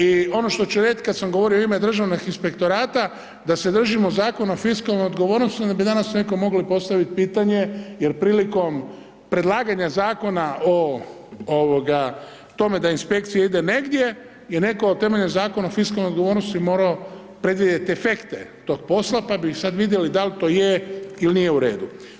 I ono što ću reći, kada sam govorio u ime državnih inspektorata, da se držimo Zakona o fiskalnoj odgovornosti, onda bi danas netko mogli postaviti pitanje, jer prilikom predlaganja zakona o tome da inspekcija ide negdje, je netko temeljem Zakona o fiskalnoj odgovornosti morao predvidjeti efekte tog posla pa bi sada vidjeli dal to je ili nije u redu.